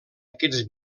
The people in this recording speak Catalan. aquests